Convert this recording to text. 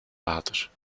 water